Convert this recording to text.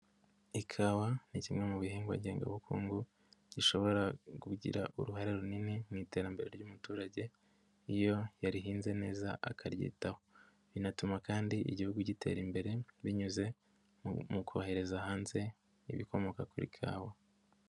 Ikawa ni kimwe mu bihingwa ngengabukungu gishobora kugira uruhare runini mu iterambere ry'umuturage iyo yarihinze neza akaryitaho, binatuma kandi igihugu gitera imbere binyuze mu kohereza hanze ibikomoka kuri ikawa.